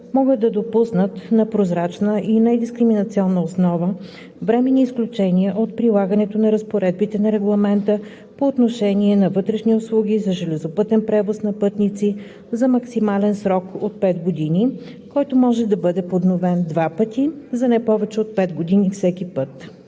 могат да допуснат на прозрачна и недискриминационна основа временни изключения от прилагането на разпоредбите на Регламента по отношение на вътрешни услуги за железопътен превоз на пътници за максимален срок от 5 години, който може да бъде подновен два пъти, за не повече от 5 години всеки път.